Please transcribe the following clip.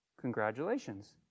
congratulations